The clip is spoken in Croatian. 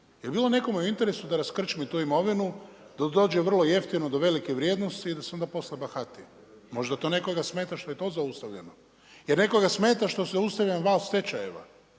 Jel' bilo nekome u interesu da raskrčmi tu imovinu, da dođe vrlo jeftino do velike vrijednosti i da se onda poslije bahati. Možda to nekoga smeta što je to zaustavljeno. Jer nekoga smeta što se zaustavlja rast tečajeva,